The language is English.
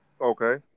Okay